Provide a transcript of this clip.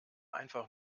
einfach